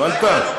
הבנת?